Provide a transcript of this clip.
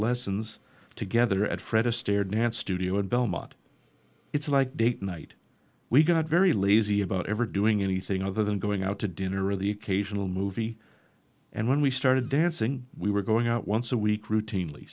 lessons together at fred astaire dance studio in belmont it's like big night we got very lazy about ever doing anything other than going out to dinner or the occasional movie and when we started dancing we were going out once a week routinely